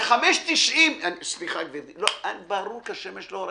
זה 5.90. הוא לא הזדהה?